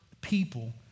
people